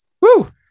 woo